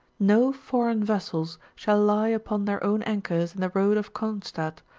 no foreign vessels shall lie upon their own anchors in the road of cronstadt,